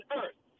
earth